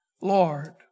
Lord